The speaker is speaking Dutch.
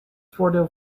voordeel